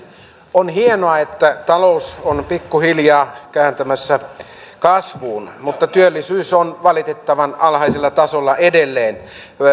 on hienoa että talous on pikkuhiljaa kääntymässä kasvuun mutta työllisyys on valitettavan alhaisella tasolla edelleen